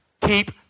Keep